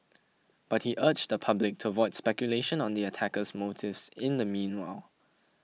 but he urged the public to avoid speculation on the attacker's motives in the meanwhile